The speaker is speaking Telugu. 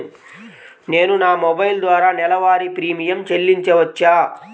నేను నా మొబైల్ ద్వారా నెలవారీ ప్రీమియం చెల్లించవచ్చా?